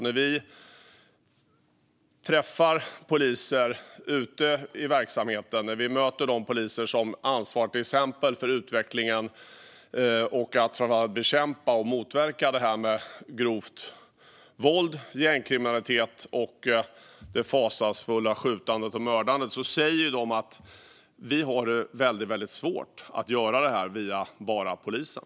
När vi träffar poliser ute i verksamheten och möter de poliser som ansvarar till exempel för utvecklingen och för att bekämpa och motverka grovt våld, gängkriminalitet och det fasansfulla skjutandet och mördandet säger de att de har väldigt svårt att göra det här via bara polisen.